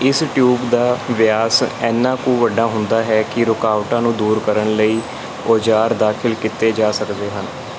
ਇਸ ਟਿਊਬ ਦਾ ਵਿਆਸ ਇੰਨਾ ਕੁ ਵੱਡਾ ਹੁੰਦਾ ਹੈ ਕਿ ਰੁਕਾਵਟਾਂ ਨੂੰ ਦੂਰ ਕਰਨ ਲਈ ਔਜ਼ਾਰ ਦਾਖਲ ਕੀਤੇ ਜਾ ਸਕਦੇ ਹਨ